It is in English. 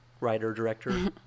writer-director